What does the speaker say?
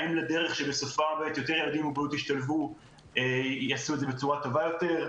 האם לדרך שבסופה יותר ילדים ישתלבו ויעשו את זה בצורה טובה יותר,